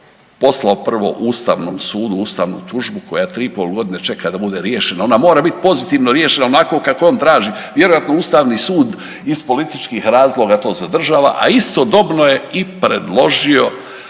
poslao prvo Ustavnom sudu ustavnu tužbu koja 3,5 godine čeka da bude riješena. Ona mora biti pozitivno riješena onako kako on traži, vjerojatno Ustavni sud iz političkih razloga to zadržava, a istodobno je i predložio